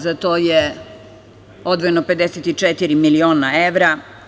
Za to je odvojeno 54 miliona evra.